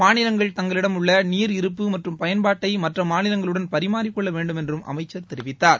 மாநிலங்கள் தங்களிடமுள்ள நீர் இருப்பு மற்றம் பயன்பாட்டை மற்ற மாநிலங்களுடன் பரிமாறிக்கொள்ளவேண்டும் என்று அமைச்சர் தெரிவித்தார்